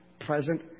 present